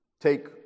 take